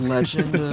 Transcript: Legend